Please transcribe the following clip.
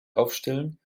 aufstellen